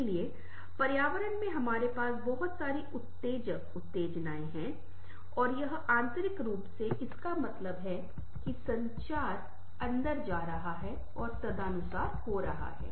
इसलिए पर्यावरण में हमारे पास बहुत सारी उत्तेजक उत्तेजनाएं हैं और यह आंतरिक रूप से इसका मतलब है कि संचार अंदर जा रहा है और तदनुसार यह हो रहा है